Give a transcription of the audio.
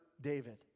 David